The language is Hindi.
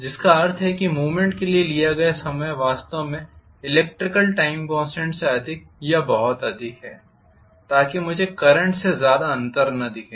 जिसका अर्थ है कि मूवमेंट के लिए लिया गया समय वास्तव में इलेक्ट्रिकल टाइम कॉन्स्टेंट से अधिक या बहुत अधिक है ताकि मुझे करंट में ज़्यादा अंतर न दिखे